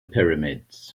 pyramids